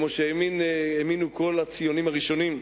הציונים הראשונים.